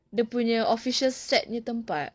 dia punya official set punya tempat